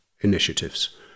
initiatives